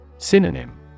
Synonym